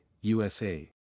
USA